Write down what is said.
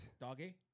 Doggy